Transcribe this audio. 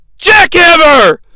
Jackhammer